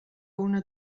una